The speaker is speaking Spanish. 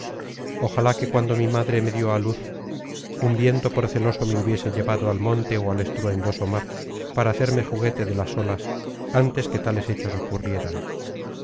ojalá que cuando mi madre me dio á luz un viento proceloso me hubiese llevado al monte ó al estruendoso mar para hacerme juguete de las olas antes que tales hechos ocurrieran